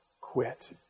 quit